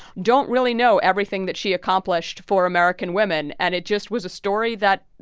don't really know everything that she accomplished for american women. and it just was a story that,